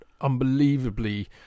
unbelievably